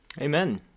Amen